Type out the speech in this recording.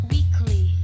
Weekly